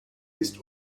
ist